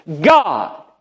God